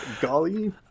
Golly